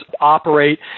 operate